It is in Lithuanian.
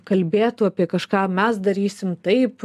kalbėtų apie kažką mes darysim taip